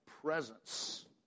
presence